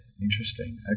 Interesting